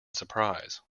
surprise